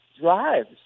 drives